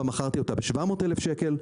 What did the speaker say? מכרתי אותה ב-700 אלף שקל.